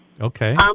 Okay